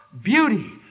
beauty